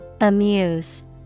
Amuse